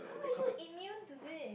how are you immune to this